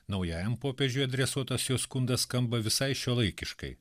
naujajam popiežiui adresuotas jo skundas skamba visai šiuolaikiškai